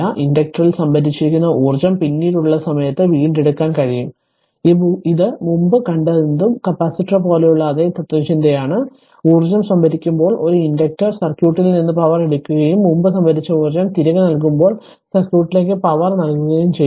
ഇൻഡക്റ്ററിൽ സംഭരിച്ചിരിക്കുന്ന ഊർജ്ജം പിന്നീടുള്ള സമയത്ത് വീണ്ടെടുക്കാൻ കഴിയും ഇത് മുമ്പ് കണ്ടതെന്തും കപ്പാസിറ്റർ പോലെയുള്ള അതേ തത്ത്വചിന്തയാണ് ഊർജ്ജം സംഭരിക്കുമ്പോൾ ഇൻഡക്റ്റർ സർക്യൂട്ടിൽ നിന്ന് പവർ എടുക്കുകയും മുമ്പ് സംഭരിച്ച ഊർജ്ജം തിരികെ നൽകുമ്പോൾ സർക്യൂട്ടിലേക്ക് പവർ നൽകുകയും ചെയ്യുന്നു